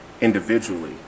individually